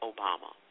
Obama